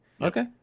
Okay